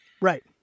Right